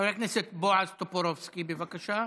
חבר הכנסת בועז טופורובסקי, בבקשה.